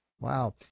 Wow